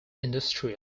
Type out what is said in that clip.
industrial